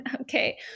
Okay